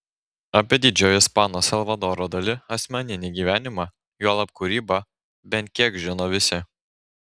apie didžiojo ispano salvadoro dali asmeninį gyvenimą juolab kūrybą bent kiek žino visi